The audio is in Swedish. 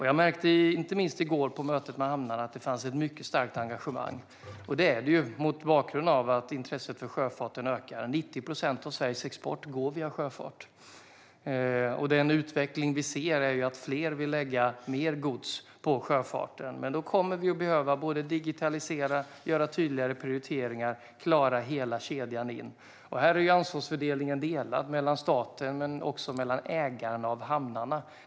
Jag märkte inte minst under mötet med hamnarna i går att det finns ett mycket starkt engagemang, och det är ju mot bakgrund av att intresset för sjöfarten ökar - 90 procent av Sveriges export går via sjöfart. Den utveckling vi ser är också att fler vill lägga mer gods på sjöfarten. Då kommer vi dock att behöva såväl digitalisera som göra tydligare prioriteringar och klara hela kedjan in, och här är ansvaret delat inom staten och även mellan ägarna av hamnarna.